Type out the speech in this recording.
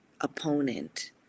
opponent